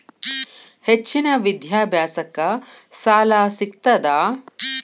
ಹೆಚ್ಚಿನ ವಿದ್ಯಾಭ್ಯಾಸಕ್ಕ ಸಾಲಾ ಸಿಗ್ತದಾ?